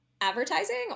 advertising